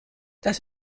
das